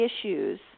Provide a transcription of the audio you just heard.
issues